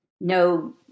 no